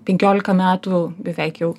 penkiolika metų beveik jau